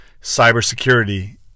cybersecurity